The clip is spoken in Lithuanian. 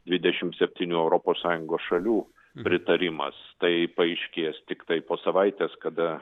dvidešim septynių europos sąjungos šalių pritarimas tai paaiškės tiktai po savaitės kada